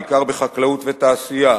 בעיקר בחקלאות ובתעשייה,